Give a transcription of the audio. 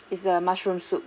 is err mushroom soup